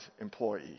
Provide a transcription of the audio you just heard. employee